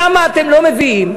למה אתם לא מבינים?